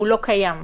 לא קיים.